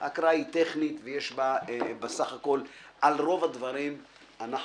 ההקראה היא טכנית ובסך הכול על רוב הדברים יש